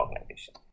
organization